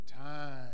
time